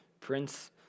Prince